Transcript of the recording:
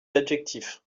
adjectifs